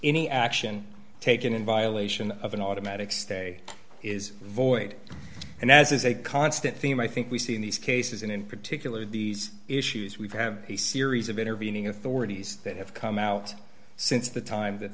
any action taken in violation of an automatic stay is void and as is a constant theme i think we see in these cases and in particular these issues we've had a series of intervening authorities that have come out since the time that